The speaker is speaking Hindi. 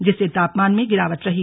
जिससे तापमान में गिरावट रही